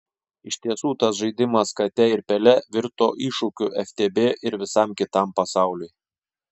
iš tiesų tas žaidimas kate ir pele virto iššūkiu ftb ir visam kitam pasauliui